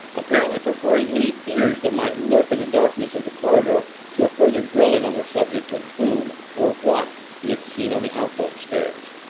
apparently preferring any fears that might lurk in the darkness of the corridor to a further grilling on the subject of whom or what he had seen on the alcove stairs.